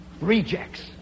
Rejects